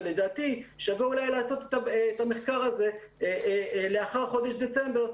ולדעתי שווה אולי לעשות את המחקר הזה לאחר חודש דצמבר,